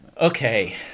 okay